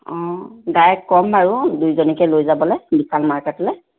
অঁ দাইক ক'ম বাৰু দুইজনীকে লৈ যাবলৈ বিশাল মাৰ্কেটলৈ